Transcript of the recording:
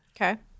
Okay